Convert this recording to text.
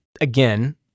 again